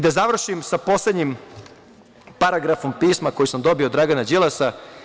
Da završim sa poslednjim paragrafom pisma koje sam dobio od Dragana Đilasa.